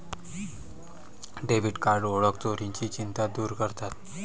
debit card ओळख चोरीची चिंता दूर करतात